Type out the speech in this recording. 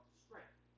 strength